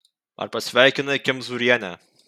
ar pasveikinai kemzūrienę